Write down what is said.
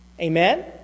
Amen